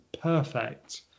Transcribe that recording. perfect